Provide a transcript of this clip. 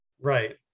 right